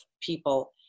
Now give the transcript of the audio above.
people